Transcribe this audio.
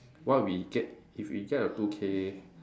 what we get if we get a two K